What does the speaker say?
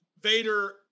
Vader